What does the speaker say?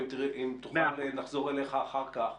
אם נוכל לחזור אליך אחר כך.